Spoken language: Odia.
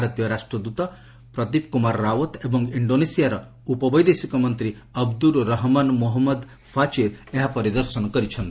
ଭାରତୀୟ ରାଷ୍ଟ୍ରଦୂତ ପ୍ରତୀପ କୁମାର ରାଓ୍ୱତ୍ ଏବଂ ଇଣ୍ଡୋନେସିଆର ଉପବୈଦେଶିକ ମନ୍ତ୍ରୀ ଅବଦୁର୍ ରହମନ୍ ମୋହମ୍ମଦ ଫାଚିର୍ ଏହା ପରିଦର୍ଶନ କରିଛନ୍ତି